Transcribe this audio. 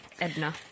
Edna